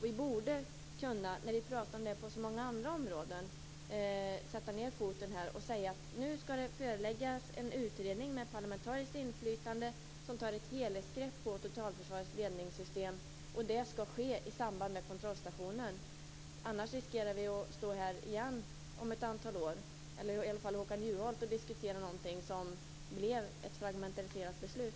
Vi borde sätta ned foten och säga: Nu skall det föreläggas en utredning med parlamentariskt inflytande, som tar ett helhetsgrepp på totalförsvarets ledningssystem, och det skall ske i samband med kontrollstationen. Annars riskerar vi att stå här igen om ett antal år - i alla fall Håkan Juholt - och diskutera någonting som blev ett fragmentiserat beslut.